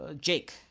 Jake